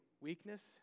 weakness